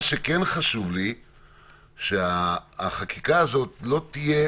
מה שכן חשוב לי שהחקיקה הזאת לא תהיה